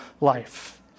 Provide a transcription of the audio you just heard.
life